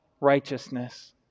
righteousness